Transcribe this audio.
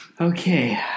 Okay